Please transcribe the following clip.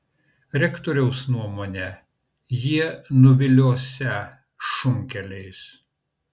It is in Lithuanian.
rektoriaus nuomone jie nuviliosią šunkeliais